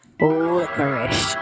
licorice